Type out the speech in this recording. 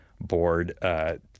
board